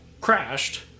crashed